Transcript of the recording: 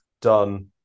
done